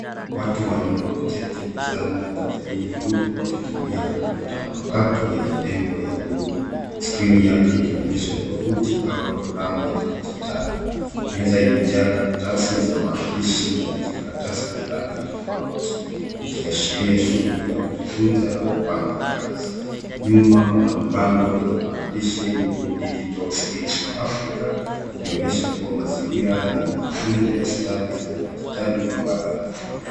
Watu wanne wameketi mezani wakijadili huku wakitumia kompyuta mpakato yenye nembo ya Google skrini yake ikionyesha tovuti au programu ya kidijitali. Meza imejaa karatasi za maandishi na vijikaratasi vya rangi tofauti vikiashiria shughuli ya kujifunza au kupanga kazi. Nyuma kuna mbango lenye maandishi google digital skills for Africa likionyesha kuwa mazingira ni ya mafunzo ya stadi za kidijitali kwa bara la Afrika.